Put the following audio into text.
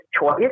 choice